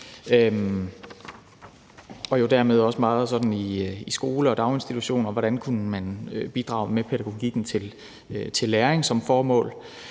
hvordan man i skoler og daginstitutioner kunne bidrage med pædagogikken til læring som formål.